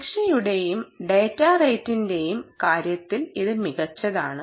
സുരക്ഷയുടെയും data റേറ്റിന്റെയും കാര്യത്തിൽ ഇത് മികച്ചതാണ്